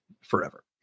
forever